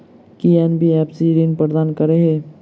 की NBFC ऋण प्रदान करे है?